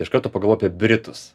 iš karto pagalvojau apie britus